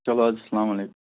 چلو السلام علَے